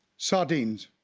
sardines.